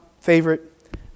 favorite